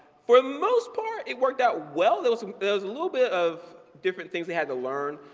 for the most part, it worked out well. there was a little bit of different things they had to learn.